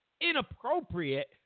inappropriate